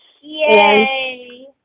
Yay